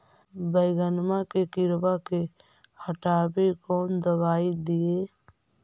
बैगनमा के किड़बा के हटाबे कौन दवाई दीए?